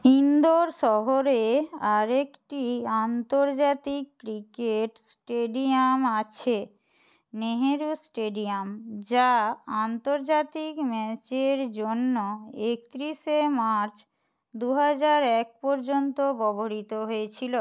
ইন্দোর শহরে আরেকটি আন্তর্জাতিক ক্রিকেট স্টেডিয়াম আছে নেহেরু স্টেডিয়াম যা আন্তর্জাতিক ম্যাচের জন্য একত্রিশে মার্চ দু হাজার এক পর্যন্ত ব্যবহৃত হয়েছিল